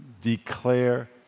declare